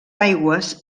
aigües